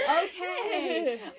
Okay